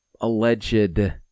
alleged